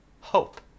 hope